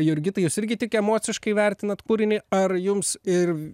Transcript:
jurgitai jūs irgi tik emociškai vertinat kūrinį ar jums ir